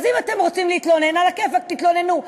אז אם אתם רוצים להתלונן, עלא כיפאק, תתלוננו.